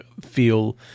feel